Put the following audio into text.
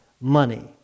money